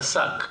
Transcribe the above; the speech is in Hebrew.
נסק.